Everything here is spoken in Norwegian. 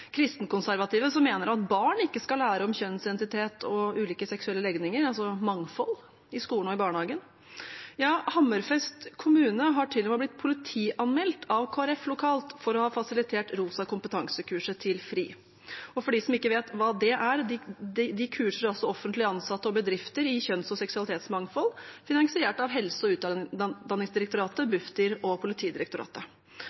kristenkonservative som mener at barn ikke skal lære om kjønnsidentitet og ulike seksuelle legninger, altså mangfold, i skolen og i barnehagen. Hammerfest kommune har til og med blitt politianmeldt av Kristelig Folkeparti lokalt for å ha fasilitert Rosa kompetanse-kurset til FRI. For de som ikke vet hva det er, kurser de offentlig ansatte og bedrifter i kjønns- og seksualitetsmangfold og er finansiert av Helsedirektoratet, Utdanningsdirektoratet, Bufdir og